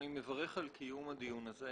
אני מברך על קיום הדיון הזה.